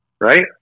right